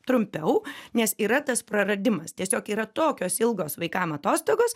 trumpiau nes yra tas praradimas tiesiog yra tokios ilgos vaikam atostogos